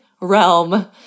realm